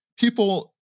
people